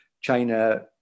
China